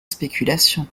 spéculation